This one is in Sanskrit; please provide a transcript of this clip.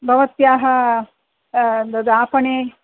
भवत्याः तदापणे